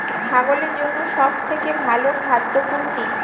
ছাগলের জন্য সব থেকে ভালো খাদ্য কোনটি?